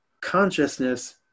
consciousness